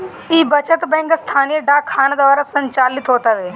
इ बचत बैंक स्थानीय डाक खाना द्वारा संचालित होत हवे